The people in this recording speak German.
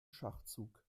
schachzug